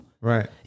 right